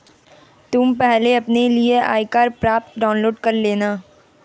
तुम पहले अपने लिए आयकर प्रपत्र डाउनलोड कर लेना